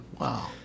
Wow